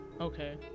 okay